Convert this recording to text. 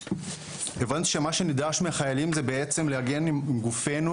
הבנתי שמה שנדרש מהחיילים זה בעצם להגן עם גופנו,